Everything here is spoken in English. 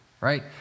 right